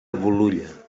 bolulla